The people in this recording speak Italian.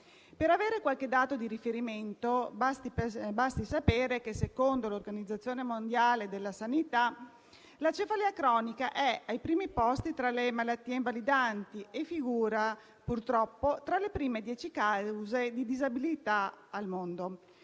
Per avere qualche dato di riferimento basti sapere che, secondo l'Organizzazione mondiale della sanità, la cefalea cronica è ai primi posti tra le malattie invalidanti e figura purtroppo tra le prime dieci cause di disabilità al mondo.